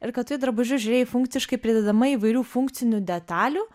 ir kad tu į drabužius žiūrėjai funkciškai pridedama įvairių funkcinių detalių